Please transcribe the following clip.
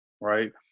right